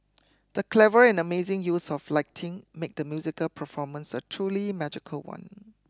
the clever and amazing use of lighting made the musical performance a truly magical one